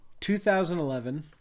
2011